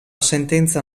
sentenza